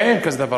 אין כזה דבר.